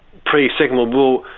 pre second world war,